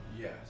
yes